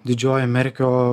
didžioji merkio